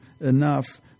enough